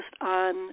on